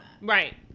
right